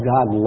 God